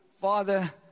Father